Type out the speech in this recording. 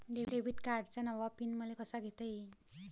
Debit कार्डचा नवा pin मले कसा घेता येईन?